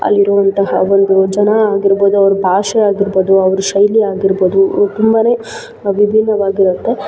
ಅಲ್ಲಿರುವಂತಹ ಒಂದು ಜನ ಆಗಿರ್ಬೋದು ಅವರ ಭಾಷೆ ಆಗಿರ್ಬೋದು ಅವರ ಶೈಲಿ ಆಗಿರ್ಬೋದು ತುಂಬಾ ವಿಭಿನ್ನವಾಗಿರುತ್ತೆ